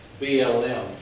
BLM